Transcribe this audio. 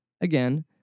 again